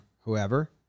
whoever